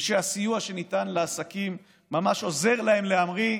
ושהסיוע שניתן לעסקים ממש עוזר להם להמריא,